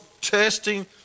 testing